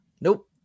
Nope